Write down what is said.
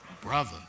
Brother